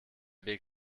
weg